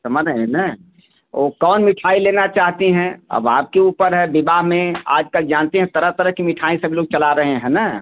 समझ रहें न वो कौन मिठाई लेना चाहती हैं अब आपके ऊपर है विवाह में आज कल जानती हैं तरह तरह की मिठाई सब लोग चला रहे हैं न